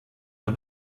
der